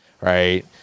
right